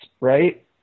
right